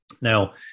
Now